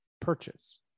purchase